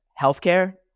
healthcare